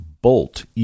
Bolt